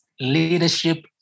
Leadership